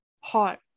hot